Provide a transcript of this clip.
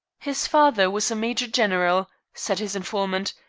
his father was a major-general, said his informant,